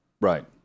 Right